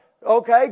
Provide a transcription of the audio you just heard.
Okay